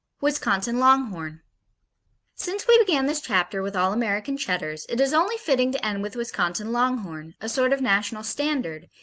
wisconsin longhorn since we began this chapter with all-american cheddars, it is only fitting to end with wisconsin longhorn, a sort of national standard,